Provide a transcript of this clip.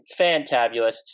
fantabulous